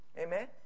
Amen